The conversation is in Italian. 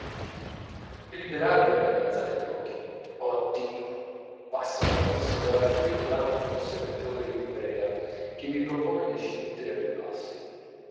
liberarvene alzate gli occhi oh dio passa una carrozza dorata di réclame coi servitori in livrea che vi propone dei cilindri al ribasso